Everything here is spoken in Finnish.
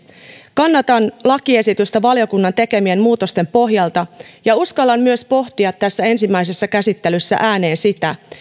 kannatan lakiesitystä valiokunnan tekemien muutosten pohjalta ja uskallan myös pohtia tässä ensimmäisessä käsittelyssä ääneen että paitsi